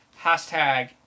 Hashtag